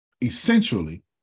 Essentially